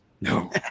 No